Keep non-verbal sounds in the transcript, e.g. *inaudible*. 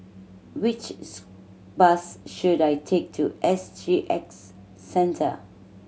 which *unintelligible* bus should I take to S G X Centre